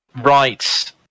Right